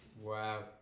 Wow